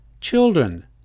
Children